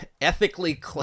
ethically